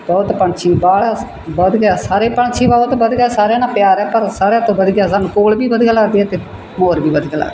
ਬਹੁਤ ਪੰਛੀ ਬਾਹਲਾ ਵਧੀਆ ਸਾਰੇ ਪੰਛੀ ਬਹੁਤ ਵਧੀਆ ਸਾਰਿਆਂ ਨਾਲ ਪਿਆਰ ਹੈ ਪਰ ਸਾਰਿਆਂ ਤੋਂ ਵਧੀਆ ਸਾਨੂੰ ਕੋਇਲ ਵੀ ਵਧੀਆ ਲੱਗਦੀ ਹੈ ਅਤੇ ਮੋਰ ਵੀ ਵਧੀਆ ਲੱਗਦਾ